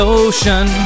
ocean